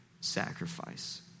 sacrifice